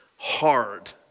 Hard